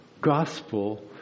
Gospel